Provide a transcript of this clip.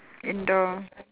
indoor